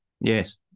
yes